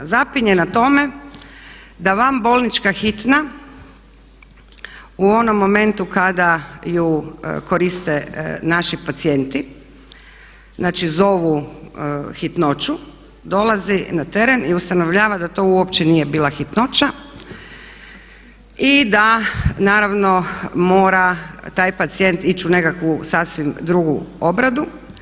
Zapinje na tome da vanbolnička hitna u onom momentu kada je koriste naši pacijenti, znači zovu hitnoću, dolazi na teren i ustanovljava da to uopće nije bila hitnoća i da naravno mora taj pacijent ići u nekakvu sasvim drugu obradu.